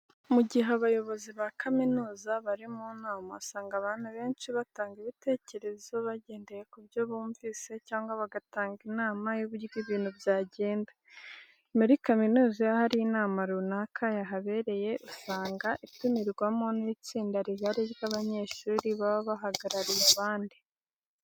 Mu gihe abayobozi ba kaminuza bari mu nama usanga abantu benshi batanga ibitekerezo bagendeye ku byo bumvise cyangwa bagatanga inama y'uburyo ibintu byagenda. Muri kaminuza iyo hari inama runaka yahabereye, usanga itumirwamo n'itsinda rigari ry'abanyeshuri baba bahagarariye abandi.